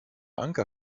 anker